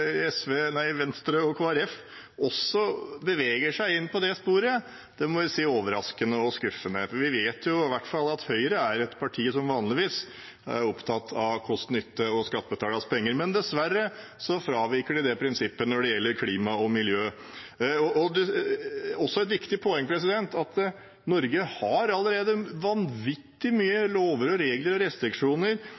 Venstre og Kristelig Folkeparti også beveger seg inn på det sporet, må jeg si er overraskende og skuffende, for vi vet at i hvert fall Høyre er et parti som vanligvis er opptatt av kost–nytte og skattebetalernes penger. Dessverre fraviker de nå det prinsippet når det gjelder klima og miljø. Det er også et viktig poeng at Norge har allerede vanvittig